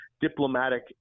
diplomatic